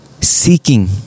seeking